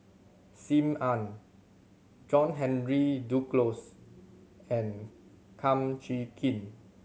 Sim Ann John Henry Duclos and Kum Chee Kin